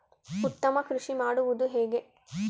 ಉತ್ತಮ ಕೃಷಿ ಮಾಡುವುದು ಹೇಗೆ?